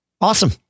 Awesome